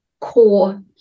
core